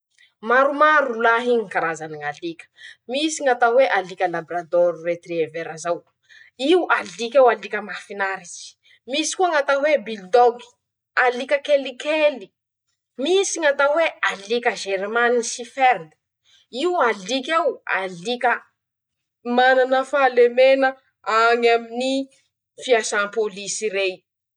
<...>Maromaro rolahy ñy karazany ñ'alika: -Misy ñ'atao hoe alika" lagradôro retirevera" zao: io alik'eo alika mahafinaritse. -Misy koa ñ'atao hoe "bilidôgy" alika kelikely. -Misy ñ'atao hoe alika "germanisiferme", io alik'eo alika manana fahalemena añy aminy fiasàm-pôlisy rey.